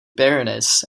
baroness